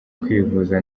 kwivuza